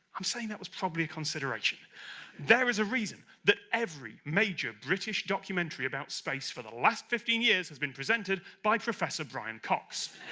i'm saying that was probably a consideration there is a reason that every major british documentary about space, for the last fifteen years, has been presented by professor brian cox